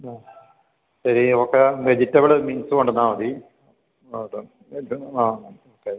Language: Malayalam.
ആ ശരി ഓക്കെ വെജിറ്റബിള് മീൽസ് കൊണ്ടന്നാൽ മതി അത് ആ